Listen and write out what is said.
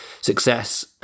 success